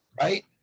Right